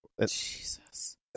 Jesus